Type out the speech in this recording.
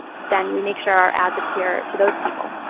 then we make sure our ads appear to those people.